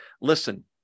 Listen